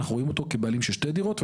אנחנו רואים אותו כבעלים של שתי דירות,